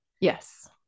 Yes